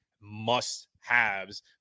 must-haves